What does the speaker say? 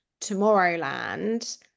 Tomorrowland